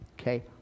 okay